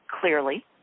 clearly